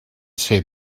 ser